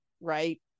right